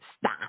stop